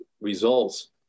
results